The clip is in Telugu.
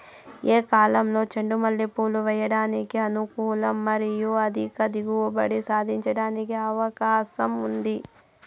ఏ కాలంలో చెండు మల్లె పూలు వేయడానికి అనుకూలం మరియు అధిక దిగుబడి సాధించడానికి అవకాశం ఉంది?